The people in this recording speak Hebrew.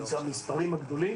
אם זה המספרים הגדולים.